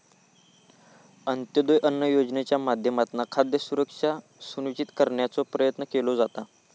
अंत्योदय अन्न योजनेच्या माध्यमातना खाद्य सुरक्षा सुनिश्चित करण्याचो प्रयत्न केलो जाता